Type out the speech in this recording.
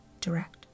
direct